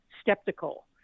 skeptical